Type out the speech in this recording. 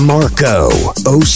Marco